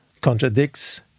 contradicts